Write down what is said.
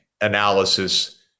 analysis